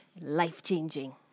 Life-changing